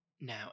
Now